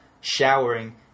showering